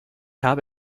habe